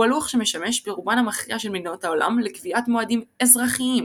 הוא הלוח שמשמש ברובן המכריע של מדינות העולם לקביעת מועדים "אזרחיים",